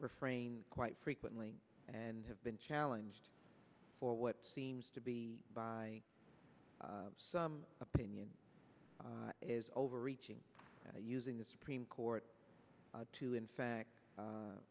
refrain quite frequently and have been challenged for what seems to be by some opinion is overreaching using the supreme court to in fact